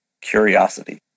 curiosity